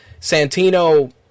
Santino